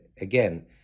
again